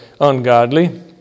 ungodly